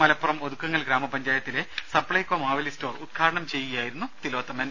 മലപ്പുറം ഒതുക്കുങ്ങൽ ഗ്രാമ പഞ്ചായത്തിലെ സപ്പൈക്കോ മാവേലി സ്റ്റോർ ഉദ്ഘാടനം ചെയ്യുകയായിരുന്നു തിലോത്തമൻ